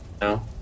No